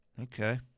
Okay